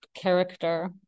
character